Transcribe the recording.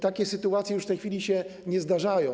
Takie sytuacje już w tej chwili się nie zdarzają.